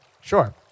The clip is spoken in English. Sure